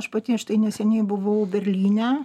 aš pati štai neseniai buvau berlyne